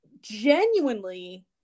genuinely